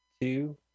two